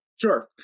Sure